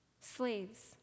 Slaves